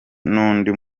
n’undi